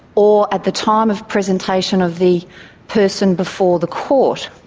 or at the time of presentation of the person before the court.